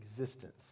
existence